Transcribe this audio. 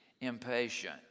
impatient